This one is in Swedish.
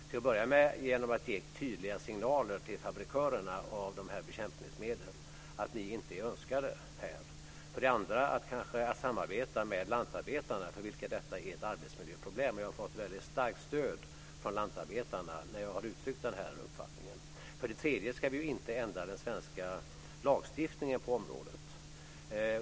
Till att börja med ska vi ge tydliga signaler till fabrikörerna om att dessa bekämpningsmedel inte är önskade här. För det andra ska vi kanske samarbeta med lantarbetarna, för vilka detta är ett arbetsmiljöproblem. Jag har fått väldigt starkt stöd från lantarbetarna när jag har uttryckt den här uppfattningen. För det tredje ska vi inte ändra den svenska lagstiftningen på området.